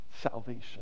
salvation